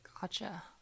Gotcha